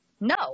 No